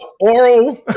oral